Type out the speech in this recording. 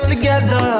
Together